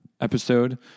episode